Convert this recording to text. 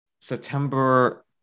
September